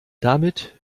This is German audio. damit